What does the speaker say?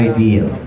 Ideal